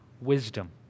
wisdom